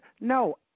No